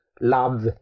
love